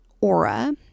aura